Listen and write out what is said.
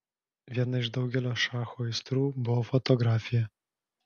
viena iš daugelio šacho aistrų buvo fotografija